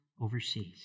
overseas